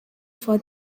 for